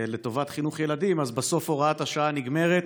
לטובת חינוך ילדים, אז בסוף הוראת השעה נגמרת,